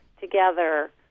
together